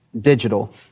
digital